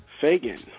Fagan